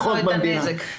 הצלחנו לצמצם את הנזק.